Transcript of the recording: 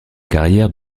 carrière